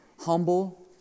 humble